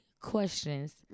questions